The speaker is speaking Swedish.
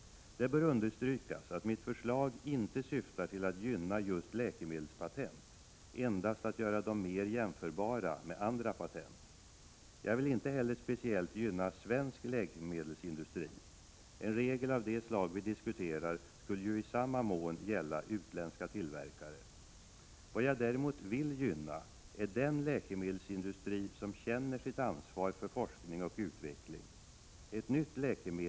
Det bör understrykas att mitt förslag inte syftar till att gynna just läkemedelspatent utan att det endast syftar till att göra dem mer jämförbara med andra patent. Jag vill inte heller speciellt gynna svensk läkemedelsindustri. En regel av det slag som vi diskuterar skulle ju i samma mån gälla utländska tillverkare. Vad jag däremot vill gynna är den läkemedelsindustri som känner sitt ansvar för forskning och utveckling.